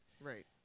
Right